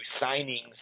signings